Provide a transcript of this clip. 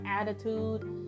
attitude